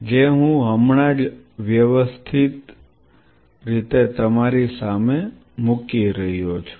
જે હું હમણાં જ વ્યવસ્થિત રીતે તમારી સામે મૂકી રહ્યો છું